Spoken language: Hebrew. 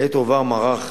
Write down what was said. עת הועבר מערך